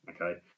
okay